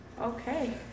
Okay